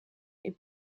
est